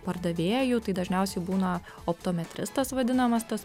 pardavėju tai dažniausiai būna optometristas vadinamas tas